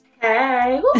Hey